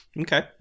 Okay